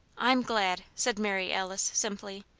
i'm glad, said mary alice, simply.